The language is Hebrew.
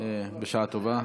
בשעה טובה.